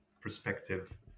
perspective